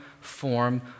form